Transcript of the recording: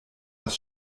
das